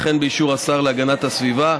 וכן באישור השר להגנת הסביבה,